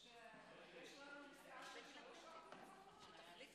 (הישיבה נפסקה בשעה 15:01 ונתחדשה